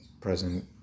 present